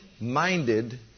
minded